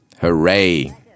Hooray